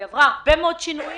היא עברה הרבה מאוד שינויים,